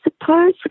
suppose